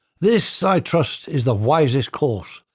this i trust is the wisest course,